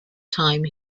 time